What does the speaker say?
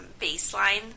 baseline